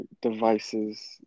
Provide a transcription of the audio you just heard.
devices